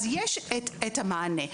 יש מענה,